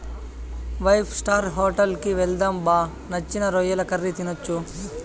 five star hotel కి వెళ్దాం బా నచ్చిన రొయ్యల కర్రీ తినొచ్చు